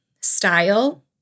style